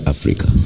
Africa